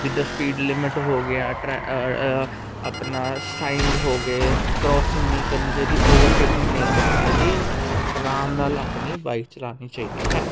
ਜਿੱਦਾਂ speed limit ਹੋ ਗਿਆ ਟਰੈ ਆਪਣਾ ਸਾਇੰਨਜ਼ ਹੋ ਗਏ ਕਰੋਸਿੰਗ ਨਹੀਂ ਕਰਨੀ ਚਾਹੀਦੀ ਓਵਰਟੇਕਿੰਗ ਨਹੀਂ ਕਰਨੀ ਚਾਹੀਦੀ ਆਰਾਮ ਨਾਲ ਆਪਣੀ ਬਾਈਕ ਚਲਾਉਣੀ ਚਾਹੀਦੀ ਹੈ